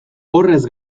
horrez